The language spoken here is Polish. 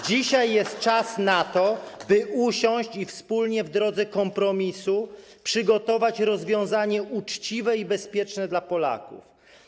Dzisiaj jest czas, by usiąść i wspólnie w drodze kompromisu przygotować rozwiązanie uczciwe i bezpieczne dla Polaków.